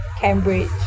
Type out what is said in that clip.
Cambridge